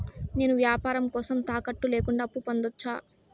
నేను వ్యాపారం కోసం తాకట్టు లేకుండా అప్పు పొందొచ్చా?